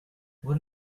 what